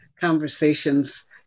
conversations